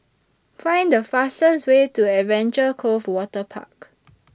Find The fastest Way to Adventure Cove Waterpark